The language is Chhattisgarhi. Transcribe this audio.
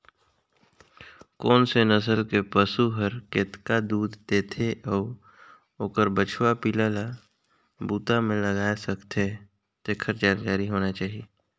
कोन से नसल के पसु हर केतना दूद देथे अउ ओखर बछवा पिला ल बूता में लगाय सकथें, तेखर जानकारी होना चाही